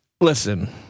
listen